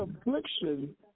affliction